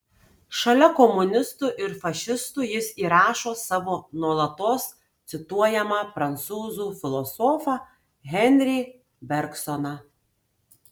šalia komunistų ir fašistų jis įrašo savo nuolatos cituojamą prancūzų filosofą henri bergsoną